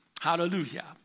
Hallelujah